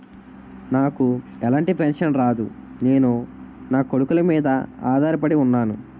నాకు ఎలాంటి పెన్షన్ రాదు నేను నాకొడుకుల మీద ఆధార్ పడి ఉన్నాను